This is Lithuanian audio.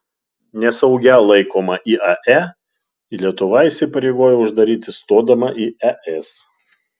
nesaugia laikomą iae lietuva įsipareigojo uždaryti stodama į es